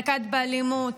נקט אלימות,